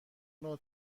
نوع